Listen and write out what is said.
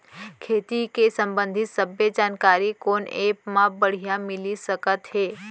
खेती के संबंधित सब्बे जानकारी कोन एप मा बढ़िया मिलिस सकत हे?